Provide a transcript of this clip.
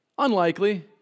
Unlikely